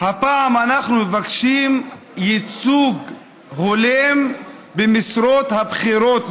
הפעם אנחנו מבקשים ייצוג הולם במשרות הבכירות במדינה.